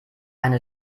eine